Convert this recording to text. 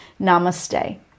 Namaste